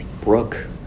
Brooke